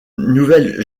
nouvelle